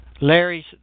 Larry's